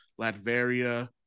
Latveria